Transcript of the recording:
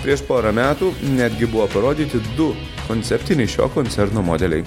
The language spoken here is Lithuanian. prieš porą metų netgi buvo parodyti du konceptiniai šio koncerno modeliai